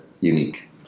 unique